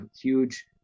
huge